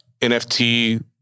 NFT